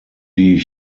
die